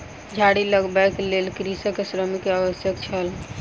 झाड़ी लगबैक लेल कृषक के श्रमिक के आवश्यकता छल